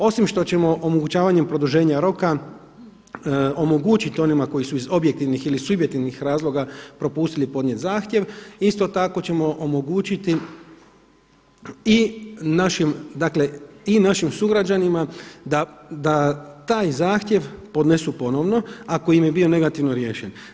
Osim što ćemo omogućavanjem produženja roka omogućiti onima koji su iz objektivnih ili subjektivnih razloga propustili podnijeti zahtjev isto tako ćemo omogućiti i našim dakle i našim sugrađanima da taj zahtjev podnesu ponovno ako im je bio negativno riješen.